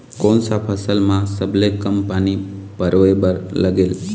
कोन सा फसल मा सबले कम पानी परोए बर लगेल?